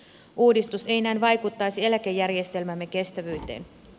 uudistus ei näin vaikuttaisi eläkejärjestelmämme kestävyyteen